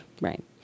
Right